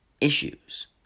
issues